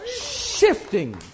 shifting